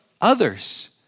others